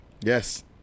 Yes